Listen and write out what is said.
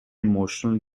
emotional